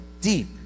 deep